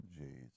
Jesus